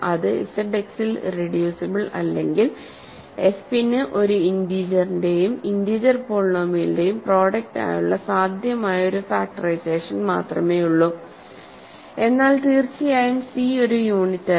അത് ZX ൽ irreducible അല്ലെങ്കിൽ f നു ഒരു ഇന്റീജറിന്റെയും ഇന്റീജർ പോളിനോമിയലിൻെറയും പ്രോഡക്ട് ആയുള്ള സാധ്യമായ ഒരു ഫാക്ടറൈസേഷൻ മാത്രമേയുള്ളൂ എന്നാൽ തീർച്ചയായും c ഒരു യൂണിറ്റല്ല